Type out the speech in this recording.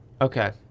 Okay